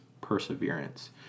perseverance